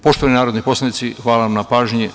Poštovani narodni poslanici hvala vam na pažnji.